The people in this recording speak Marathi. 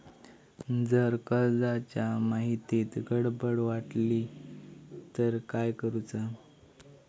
जर कर्जाच्या माहितीत गडबड वाटली तर काय करुचा?